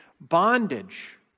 bondage